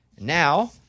Now